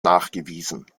nachgewiesen